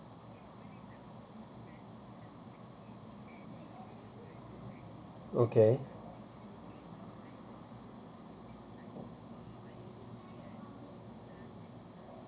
okay